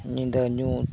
ᱧᱤᱫᱟᱹ ᱧᱩᱛ